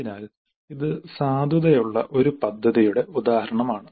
അതിനാൽ ഇത് സാധുതയുള്ള ഒരു പദ്ധതിയുടെ ഉദാഹരണമാണ്